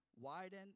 widen